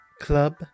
club